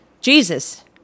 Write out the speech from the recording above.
Jesus